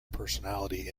personality